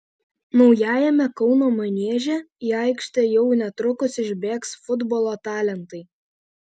naujajame kauno manieže į aikštę jau netrukus išbėgs futbolo talentai